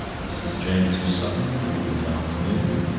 mrs. james, of sutton, called in the afternoon.